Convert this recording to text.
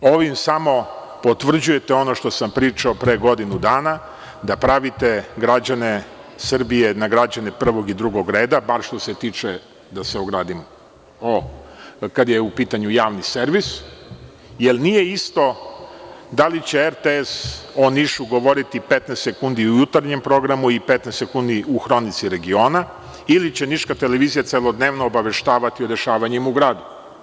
Ovim samo potvrđujete ono što sam pričao pre godinu dana, da pravite građane Srbije na građane prvog i drugog reda, bar što se tiče, da se ogradim, javnog servisa, jer nije isto da li će RTS o Nišu govoriti 15 sekundi u Jutarnjem programu i 15 sekundi u hronici regiona ili će niška televizija celodnevno obaveštavati o dešavanjima u gradu.